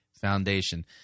foundation